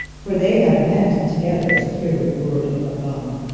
for they have met together to hear the word of god.